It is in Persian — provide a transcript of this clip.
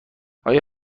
آیا